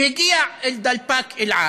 שהגיע אל דלפק "אל על"